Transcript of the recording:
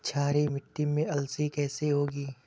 क्षारीय मिट्टी में अलसी कैसे होगी?